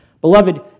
Beloved